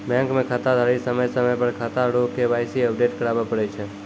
bank मे खाताधारी समय समय पर खाता रो के.वाई.सी अपडेट कराबै पड़ै छै